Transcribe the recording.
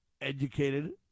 educated